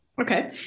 Okay